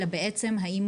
אלא בעצם האם